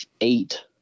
eight